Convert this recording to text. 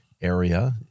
area